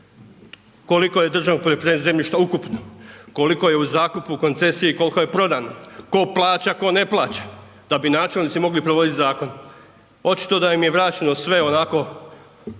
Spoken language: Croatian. koliko je državnog poljoprivrednog zemljišta ukupno, koliko je u zakupu, u koncesiji, kolko je prodano, tko plaća, tko ne plaća da bi načelnici mogli provodit zakon. Očito da im je vraćeno sve onako